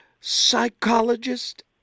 psychologist